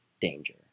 danger